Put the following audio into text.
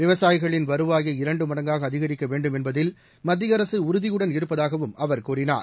விவசாயிகளின் வருவாயை இரண்டு மடங்காக அதிகரிக்க வேண்டும் என்பதில் மத்திய அரசு உறுதியுடன் இருப்பதாகவும் அவர் கூறினார்